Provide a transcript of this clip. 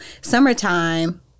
summertime